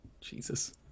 Jesus